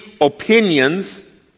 opinions